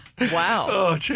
Wow